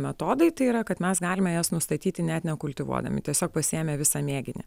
metodai tai yra kad mes galime jas nustatyti net ne kultivuodami tiesiog pasiėmę visa mėginį